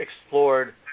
explored